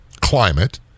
climate